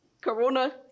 Corona